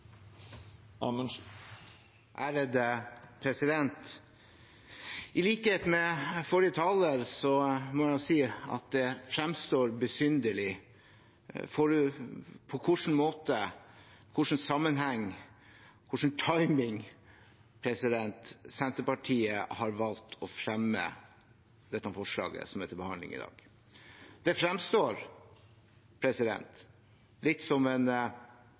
må jeg si at det fremstår som besynderlig på hvilken måte, i hvilken sammenheng og med hvilken timing Senterpartiet har valgt å fremme dette forslaget som er til behandling i dag. Det fremstår litt som en